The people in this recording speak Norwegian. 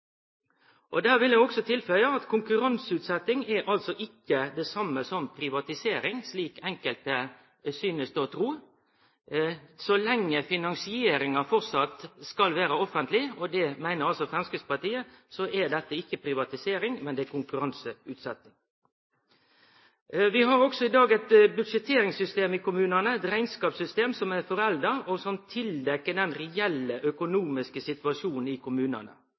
utvikling. Eg vil òg tilføye at konkurranseutsetjing ikkje er det same som privatisering, slik enkelte synest å tru. Så lenge finansieringa framleis skal vere offentleg, og det meiner Framstegspartiet, er dette ikkje privatisering, men konkurranseutsetjing. Vi har i dag også eit budsjetteringssystem i kommunane, eit rekneskapssystem, som er forelda, og som dekkjer til den reelle økonomiske situasjonen i kommunane.